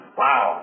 wow